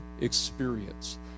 experience